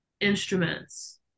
instruments